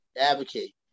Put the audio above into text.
advocate